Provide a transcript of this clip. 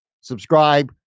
subscribe